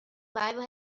bible